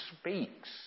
speaks